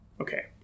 Okay